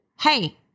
Hey